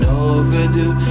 overdue